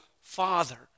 father